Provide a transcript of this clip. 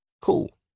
Cool